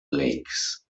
lakes